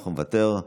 אינו נוכח,